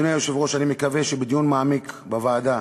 אדוני היושב-ראש, אני מקווה שבדיון מעמיק בוועדה